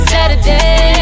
Saturday